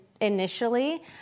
initially